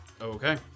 Okay